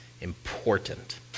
important